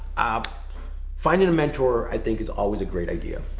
ah finding a mentor, i think is always a great idea.